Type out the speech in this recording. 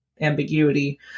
ambiguity